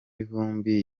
vumbi